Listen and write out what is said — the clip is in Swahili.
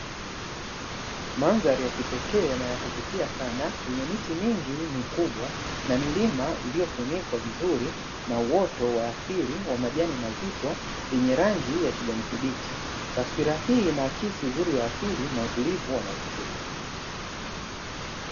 Mandhari ya kipekee na ya kuvutia sana yenye miti mingi na kubwa na milima iliyofunikwa vizuri na uwoto wa asili wa majani mazito yenye rangi ya kijani kibichi. Taswira hii inaakisi uzuri wa asili na utulivu wa mazingira.